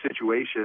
situation